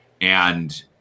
And-